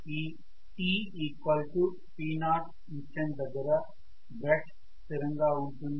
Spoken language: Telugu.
ఈ tt0 ఇన్స్టెంట్ దగ్గర బ్రష్ స్థిరంగా ఉంటుంది